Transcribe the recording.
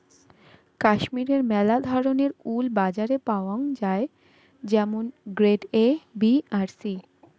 কাশ্মীরের মেলা ধরণের উল বাজারে পাওয়াঙ যাই যেমন গ্রেড এ, বি আর সি